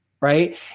Right